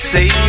Say